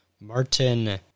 Martin